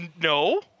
no